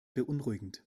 beunruhigend